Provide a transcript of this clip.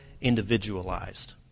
individualized